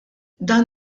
dan